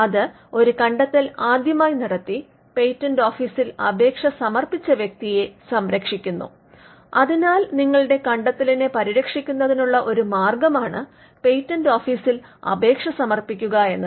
അത് ഒരു കണ്ടെത്തൽ ആദ്യമായി നടത്തി പേറ്റന്റ് ഓഫീസിൽ അപേക്ഷ സമർപ്പിച്ച വ്യക്തിയെ സംരക്ഷിക്കുന്നു അതിനാൽ നിങ്ങളുടെ കണ്ടെത്തലിനെ പരിരക്ഷിക്കുന്നതിനുള്ള ഒരു മാർഗമാണ് പേറ്റന്റ് ഓഫീസിൽ അപേക്ഷ സമർപ്പിക്കുക എന്നത്